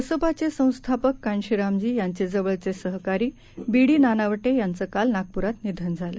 बसपाचे संस्थापक कांशीरामजी यांचे जवळचे सहकारी बी डी नानावटे यांचं काल नागपुरात निधन झालं